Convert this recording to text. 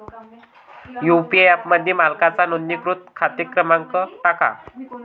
UPI ॲपमध्ये मालकाचा नोंदणीकृत खाते क्रमांक टाका